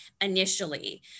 initially